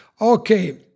Okay